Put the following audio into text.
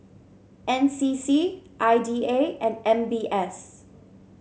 N C C I D A and M B S